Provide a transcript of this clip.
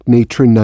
Nature